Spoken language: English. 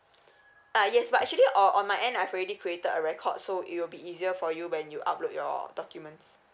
ah yes but actually on on my end I've already created a record so it will be easier for you when you upload your documents